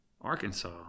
Arkansas